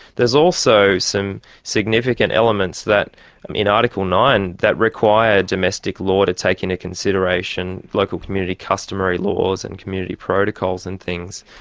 there's also some significant elements that in article nine that require domestic law to take into consideration local community customary laws and community protocols and things.